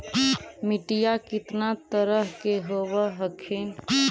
मिट्टीया कितना तरह के होब हखिन?